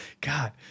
God